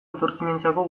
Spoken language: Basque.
etorkinentzako